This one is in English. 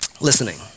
listening